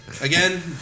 Again